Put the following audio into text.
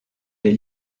des